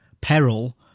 peril